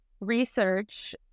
research